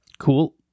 Cool